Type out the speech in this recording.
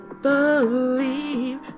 believe